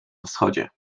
wschodzie